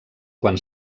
quan